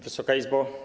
Wysoka Izbo!